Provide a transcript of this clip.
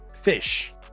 FISH